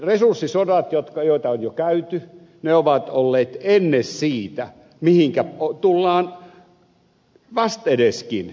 resurssisodat joita on jo käyty ovat olleet enne siitä mihinkä tullaan vastedeskin törmäämään